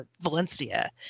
Valencia